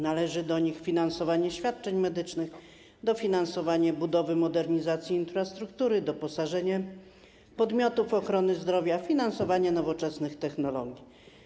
Należą do nich finansowanie świadczeń medycznych, dofinansowanie budowy i modernizacji infrastruktury, doposażenie podmiotów ochrony zdrowia, finansowanie nowoczesnych technologii.